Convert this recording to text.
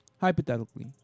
Hypothetically